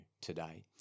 today